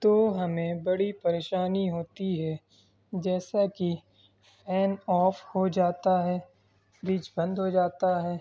تو ہمیں بڑی پریشانی ہوتی ہے جیسا کہ فین آف ہو جاتا ہے فریج بند ہو جاتا ہے